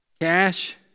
Cash